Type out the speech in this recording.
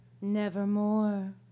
Nevermore